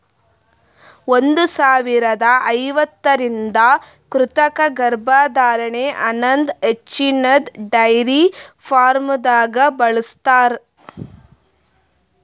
ಒಂದ್ ಸಾವಿರದಾ ಐವತ್ತರಿಂದ ಕೃತಕ ಗರ್ಭಧಾರಣೆ ಅನದ್ ಹಚ್ಚಿನ್ದ ಡೈರಿ ಫಾರ್ಮ್ದಾಗ್ ಬಳ್ಸತಾರ್